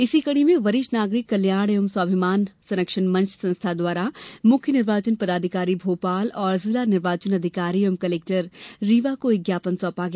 इसी कडी में वरिष्ठ नागरिक कल्याण एवं स्वाभिमान संरक्षण मंच संस्था द्वारा मुख्य निर्वाचन पदाधिकारी भोपाल और जिला निर्वाचन अधिकारी एवं कलेक्टर रीवा को एक ज्ञापन सौंपा गया